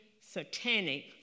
satanic